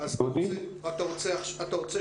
אני חושב